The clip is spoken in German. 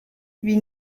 wie